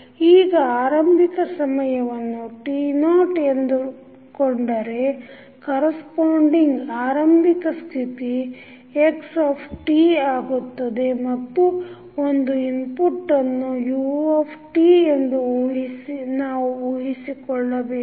ಈಗ ಆರಂಭಿಕ ಸಮಯವನ್ನು t0 ಎಂದುಕೊಂಡರೆ corresponding ಆರಂಭಿಕ ಸ್ಥಿತಿ x ಆಗುತ್ತದೆ ಮತ್ತು ಒಂದು ಇನ್ಪುಟ್ಟನ್ನು u ಎಂದು ನಾವು ಉಹಿಸಿಕೊಳ್ಳಬೇಕು